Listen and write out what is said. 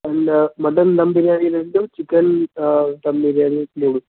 and mutton dum biryani రెండు chicken dum biryani మూడు